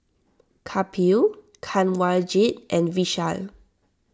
Kapil Kanwaljit and Vishal